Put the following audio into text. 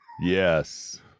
Yes